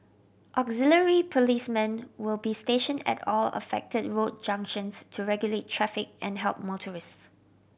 auxiliary policemen will be station at all affected road junctions to regulate traffic and help motorists